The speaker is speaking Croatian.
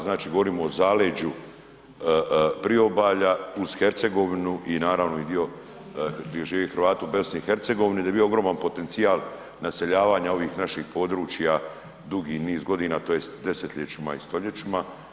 Znači govorimo o Zaleđu Priobalja uz Hercegovinu i naravno i dio gdje žive Hrvati u BiH da je bio ogroman potencijal naseljavanja ovih naših područja dugi niz godina tj. desetljećima i stoljećima.